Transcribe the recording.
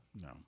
No